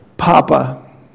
Papa